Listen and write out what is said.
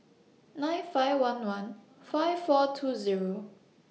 nine five one one five four two Zero